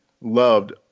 loved